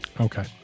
Okay